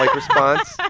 like response.